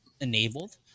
enabled